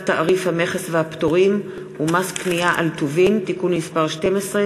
תעריף המכס והפטורים ומס קנייה על טובין (תיקון מס' 12),